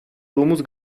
domuz